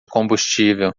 combustível